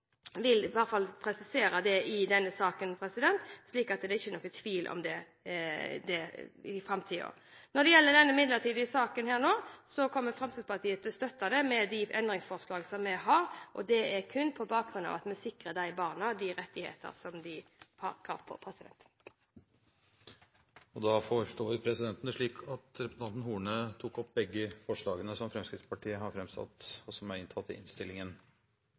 vil i hvert fall presisere det i denne saken, slik at det ikke er noen tvil om det i framtiden. Når det gjelder denne midlertidige loven, kommer Fremskrittspartiet til å støtte innstillingen, med de endringsforslag vi har. Dette gjør vi kun for å sikre barna de rettigheter de har krav på. Representanten Solveig Horne har tatt opp de forslagene hun refererte til. Saken vi nå behandler i Stortinget, er en viktig sak. Det er en svært viktig sak for de barna som er født av surrogatmor i